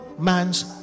man's